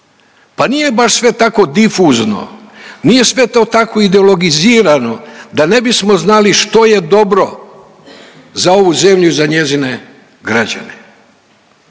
Pa nije baš sve tako difuzno, nije sve to tako ideologizirano da ne bismo znali što je dobro za ovu zemlju i za njezine građane.